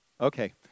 Okay